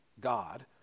god